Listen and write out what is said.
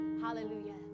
Hallelujah